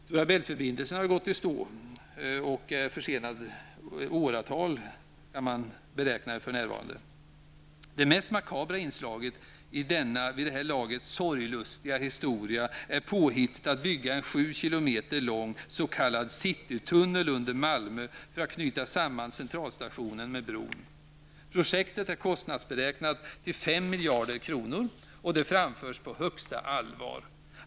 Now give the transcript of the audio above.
Store Bält-förbindelsen har ju gått i stå och är för närvarande åratal försenad enligt vad man nu beräknar. Det mest makabra inslaget i denna vid det här laget sorglustiga historia är påhittet att bygga en sju kilometer lång s.k. citytunnel under Malmö för att knyta samman centralstationen med bron. Projektet är kostnadsberäknat till 5 miljarder kronor, och förslaget framförs på största allvar.